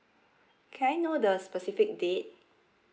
can I know the specific date